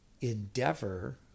endeavor